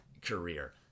career